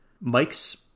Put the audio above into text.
Mike's